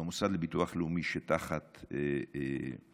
במוסד לביטוח לאומי שתחת הנהגתי